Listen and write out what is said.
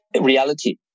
reality